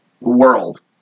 world